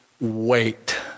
wait